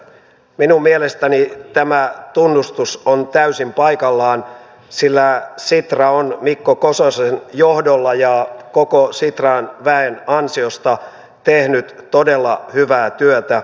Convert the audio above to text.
minun mielestäni tämä tunnustus on täysin paikallaan sillä sitra on mikko kososen johdolla ja koko sitran väen ansiosta tehnyt todella hyvää työtä